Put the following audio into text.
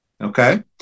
okay